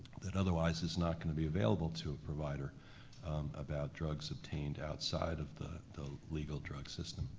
that otherwise is not gonna be available to a provider about drugs obtained outside of the the legal drug system.